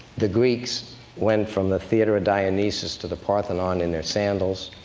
the greeks went from the theater of dionysus to the parthenon in their sandals.